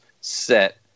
set